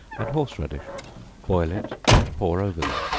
and horse-radish boil it and pour over them.